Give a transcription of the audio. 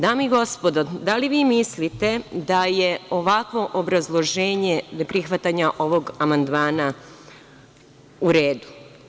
Dame i gospodo, da li vi mislite da je ovakvo obrazloženje neprihvatanja ovog amandmana u redu?